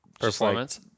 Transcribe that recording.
performance